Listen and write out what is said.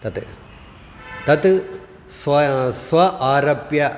तत् तत् स्वा स्व आरभ्य